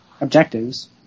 objectives